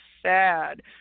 sad